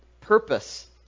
purpose